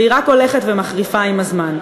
והיא רק הולכת ומחריפה עם הזמן.